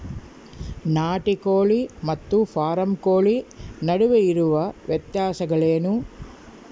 ನಾಟಿ ಕೋಳಿ ಮತ್ತು ಫಾರಂ ಕೋಳಿ ನಡುವೆ ಇರುವ ವ್ಯತ್ಯಾಸಗಳೇನು?